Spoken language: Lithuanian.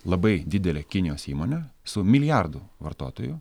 labai didelė kinijos įmonė su milijardu vartotojų